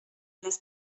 las